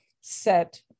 set